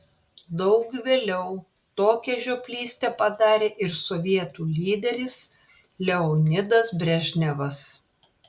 daug vėliau tokią žioplystę padarė ir sovietų lyderis leonidas brežnevas